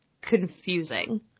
confusing